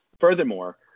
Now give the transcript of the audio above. Furthermore